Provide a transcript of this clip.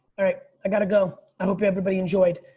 i gotta go. i hope everybody enjoyed.